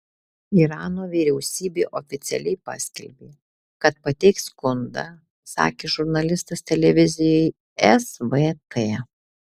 irano vyriausybė oficialiai paskelbė kad pateiks skundą sakė žurnalistas televizijai svt